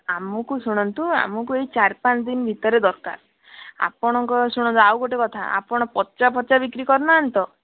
ଆମକୁ ଶୁଣନ୍ତୁ ଆମକୁ ଏଇ ଚାରି ପାଞ୍ଚ ଦିନ ଭିତରେ ଦରକାର ଆପଣଙ୍କ ଶୁଣନ୍ତୁ ଆଉ ଗୋଟେ କଥା ଆପଣ ପଚାଫଚା ବିକ୍ରି କରୁନାହାନ୍ତି ତ